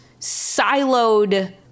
siloed